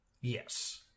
Yes